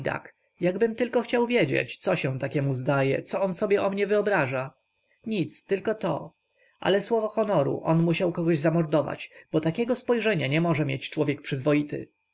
łajdak jabym tylko chciał wiedzieć co się takiemu zdaje co on sobie o mnie wyobraża nic tylko to ale słowo honoru on musiał kogoś zamordować bo takiego spojrzenia nie może mieć człowiek przyzwoity